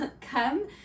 come